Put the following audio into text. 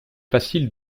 facile